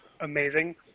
amazing